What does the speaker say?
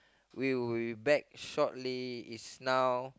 we will be back shortly is now